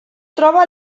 troba